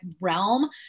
realm